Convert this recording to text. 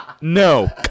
no